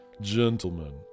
Gentlemen